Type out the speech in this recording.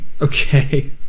Okay